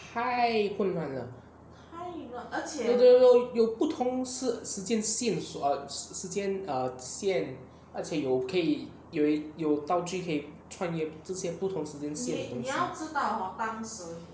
太混乱了有有有不同是时间线 ah 线索时间 err 线而且有可以有有道具可以穿越之前不同时间线东西